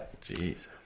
Jesus